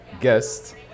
guest